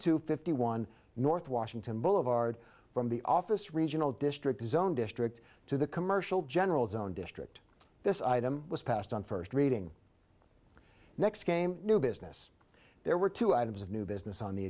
two fifty one north washington boulevard from the office regional district zone district to the commercial general zone district this item was passed on first reading next came new business there were two items of new business on the